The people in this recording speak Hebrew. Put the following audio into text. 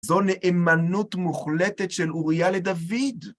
זו נאמנות מוחלטת של אוריה לדוד!